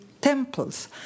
Temples